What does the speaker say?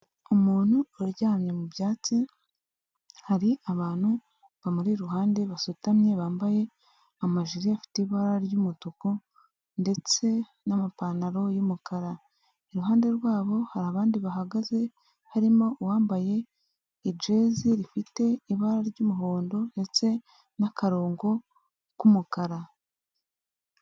Umuntu uryamye mu byatsi hari abantu bamuri iruhande basutamye bambaye amajire afite ibara ry'umutuku ndetse n'amapantaro y'umukara, iruhande rwabo hari abandi bahagaze harimo uwambaye ijeze rifite ibara ry'umuhondo ndetse n'akarongo k'umukara.